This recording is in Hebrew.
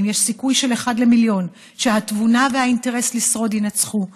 אבל אם יש סיכוי של אחד למיליון שהתבונה והאינטרס לשרוד ינצחו,